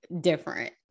different